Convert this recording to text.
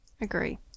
Agree